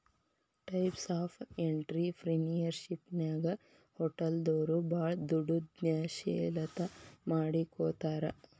types of ಎನ್ಟ್ರಿಪ್ರಿನಿಯರ್ಶಿಪ್ನ್ಯಾಗ ಹೊಟಲ್ದೊರು ಭಾಳ್ ದೊಡುದ್ಯಂಶೇಲತಾ ಮಾಡಿಕೊಡ್ತಾರ